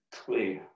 clear